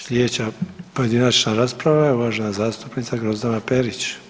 Slijedeća pojedinačna rasprava je uvažena zastupnica Grozdana Perić.